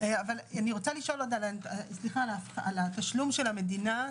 רוצה לשאול על התשלום של המדינה.